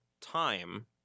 time